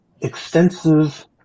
extensive